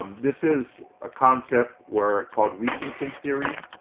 um this is a concept where called recency theory,